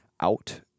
out